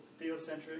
theocentric